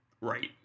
right